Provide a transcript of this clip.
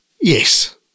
Yes